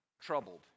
troubled